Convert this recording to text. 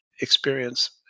experience